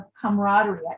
camaraderie